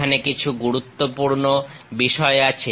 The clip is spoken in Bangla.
সেখানে কিছু গুরুত্বপূর্ণ বিষয় আছে